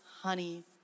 honey